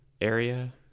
area